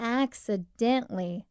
accidentally